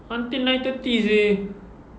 until nine thirty seh